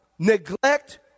neglect